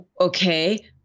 Okay